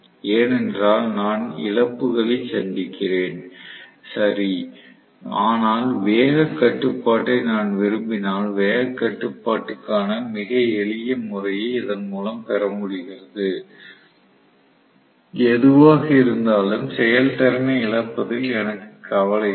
ஏனென்றால் நான் இழப்புகளைச் சந்திக்கிறேன் சரி ஆனால் வேகக் கட்டுப்பாட்டை நான் விரும்பினால் வேகக் கட்டுப்பாட்டுக்கான மிக எளிய முறையை இதன் மூலம் பெற முடிகிறது எதுவாக இருந்தாலும் செயல்திறனை இழப்பதில் எனக்கு கவலையில்லை